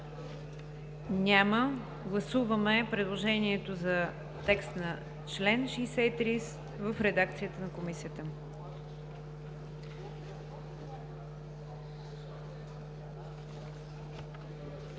Няма. Гласуваме предложението за текст на чл. 63 с редакцията на Комисията.